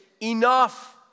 enough